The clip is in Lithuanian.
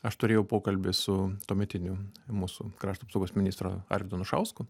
aš turėjau pokalbį su tuometiniu mūsų krašto apsaugos ministru arvydo anušausku